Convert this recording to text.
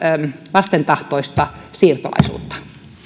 vastentahtoista siirtolaisuutta